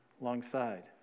alongside